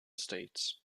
states